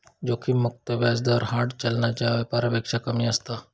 जोखिम मुक्त व्याज दर हार्ड चलनाच्या व्यापारापेक्षा कमी असता